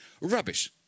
Rubbish